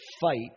fight